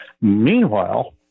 Meanwhile